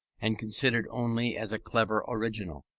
and considered only as a clever original.